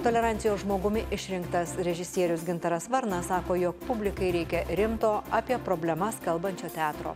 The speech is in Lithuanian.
tolerancijos žmogumi išrinktas režisierius gintaras varnas sako jog publikai reikia rimto apie problemas kalbančio teatro